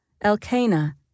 Elkanah